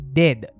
dead